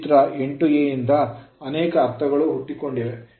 ಈ ಚಿತ್ರ 8ಎ ಯಿಂದ ಅನೇಕ ಅರ್ಥಗಳು ಹುಟ್ಟಿಕೊಂಡಿವೆ